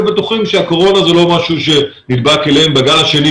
בטוחים שהקורונה זה לא משהו שנדבק אליהם אבל בגל השני,